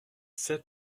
ceps